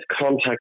contact